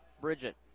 Bridget